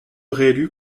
réélu